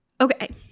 okay